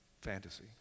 fantasy